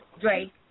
Drake